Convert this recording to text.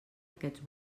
aquests